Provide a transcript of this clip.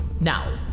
Now